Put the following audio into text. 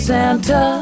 Santa